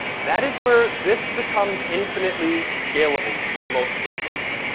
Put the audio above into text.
that is where this becomes infinitely scalable, in most cases.